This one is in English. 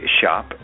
shop